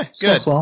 Good